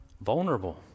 vulnerable